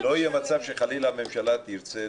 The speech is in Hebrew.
מצב שחלילה הממשלה תרצה